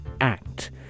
act